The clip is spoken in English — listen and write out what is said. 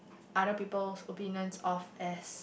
other people's opinions off as